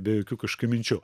be jokių kažkių minčių